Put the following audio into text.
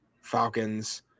Falcons